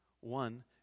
One